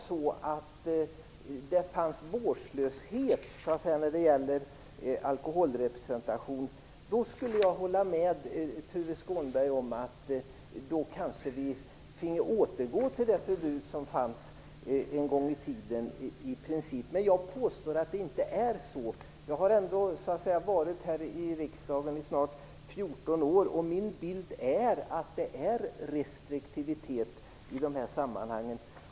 Om det hade funnits vårdslöshet i alkoholrepresentationen hade jag hållit med Tuve Skånberg om att vi kanske hade fått återgå till det förbud som i princip fanns en gång i tiden. Men jag påstår att det inte är så. Jag har ändå suttit i riksdagen i snart 14 år. Min bild är att det finns en restriktivitet i dessa sammanhang.